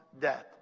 death